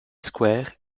square